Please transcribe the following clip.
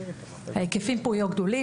ההיקפים כאן יהיו גדולים.